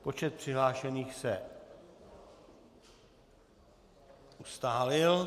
Počet přihlášených se ustálil.